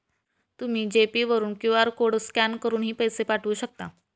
तुम्ही G pay वरून QR code scan करूनही पैसे पाठवू शकता